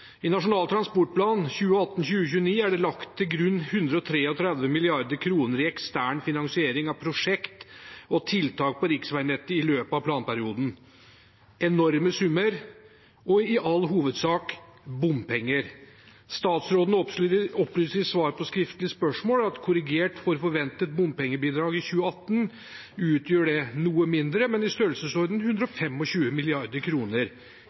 I Nasjonal transportplan 2018–2029 er det lagt til grunn 133 mrd. kr i ekstern finansiering av prosjekter og tiltak på riksveinettet i løpet av planperioden. Dette er enorme summer og i all hovedsak bompenger. Statsråden opplyser i svar på skriftlig spørsmål at korrigert for forventet bompengebidrag i 2018 utgjør det noe mindre, men i størrelsesorden